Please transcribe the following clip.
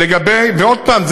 ועוד פעם,